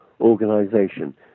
organization